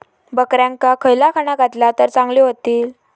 बकऱ्यांका खयला खाणा घातला तर चांगल्यो व्हतील?